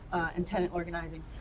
and tenant organizing.